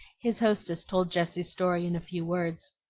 his hostess told jessie's story in a few words,